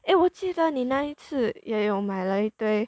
eh 我记得你那一次也有买了一堆